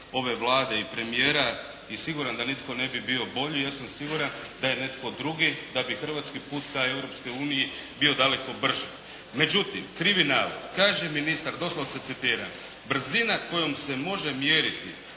ove Vlade i premijera i siguran da nitko ne bi bio bolji. Ja sam siguran da je netko drugi da je netko drugi, da bi hrvatski put ka Europskoj uniji bio daleko brži. Međutim, krivi navod, kaže ministar, doslovce citiram: "Brzina kojom se može mjeriti